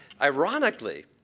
Ironically